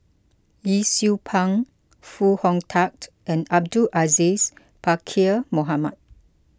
Yee Siew Pun Foo Hong Tatt and Abdul Aziz Pakkeer Mohamed